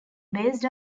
based